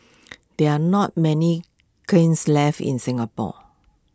there are not many kilns left in Singapore